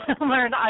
learn